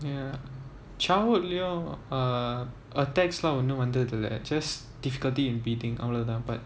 ya childhood லயும்:layum uh text lah ஒன்னும் வந்தது இல்ல:onnum vanthathu illa chest difficulty in breathing அவ்ளோ தான் அப்போ:avlo thaan appo but